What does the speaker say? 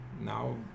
Now